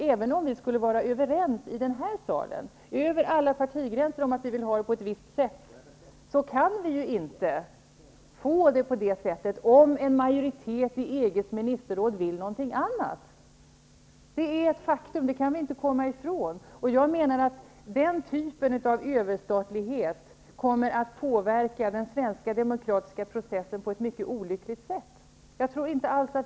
Även om vi i denna sal över alla partigränser skulle vara överens om att det skall vara på ett visst sätt, går det inte att åstadkomma det som vi vill, om en majoritet i EG:s ministerråd vill någonting annat. Det är ett faktum. Jag menar att den typen av överstatlighet kommer att påverka den svenska demokratiska processen på ett mycket olyckligt sätt. Och det är nog inte alls bra.